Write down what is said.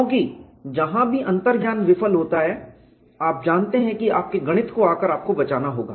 क्योंकि जहां भी अंतर्ज्ञान विफल होता है आप जानते हैं कि आपके गणित को आकर आपको बचाना होगा